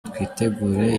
twitegure